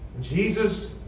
Jesus